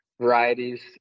varieties